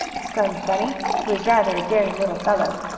exclaimed bunny, who was rather a daring little fellow.